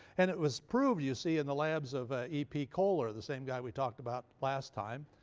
and it was proved, you see, in the labs of ah e p. kohler, the same guy we talked about last time.